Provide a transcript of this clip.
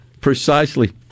precisely